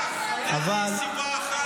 רק הביטחון של בן גביר --- חברת הכנסת מירב בן ארי.